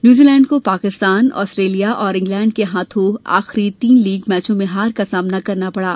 New Zealand को Pakistan Australia और England के हाथों आखिरी तीन लीग मैचों में हार का सामना करना पड़ा